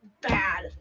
bad